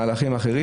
מהלכים אחרים,